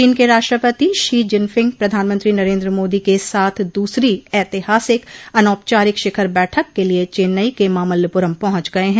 चीन के राष्ट्रपति शी जिनफिंग प्रधानमंत्री नरेन्द्र मोदी के साथ दूसरी ऐतिहासिक अनौपचारिक शिखर बैठक के लिए चेन्नई के मामल्लपुरम पहुंच गये हैं